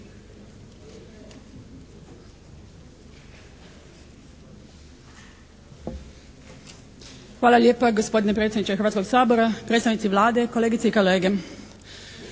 Hvala lijepa gospodine predsjedniče Hrvatskog sabora, predstavnici Vlade, kolegice i kolege.